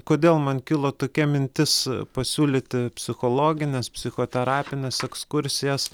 kodėl man kilo tokia mintis pasiūlyti psichologines psichoterapines ekskursijas